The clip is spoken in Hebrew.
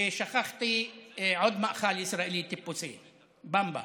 ושכחתי עוד מאכל ישראלי טיפוסי: במבה.